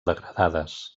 degradades